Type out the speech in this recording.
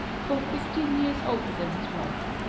full fifteen years older than his wife,